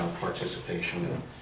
participation